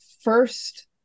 first